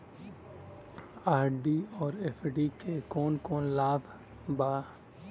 RD और FD क कौन कौन लाभ बा?